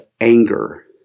anger